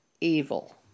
evil